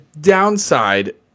downside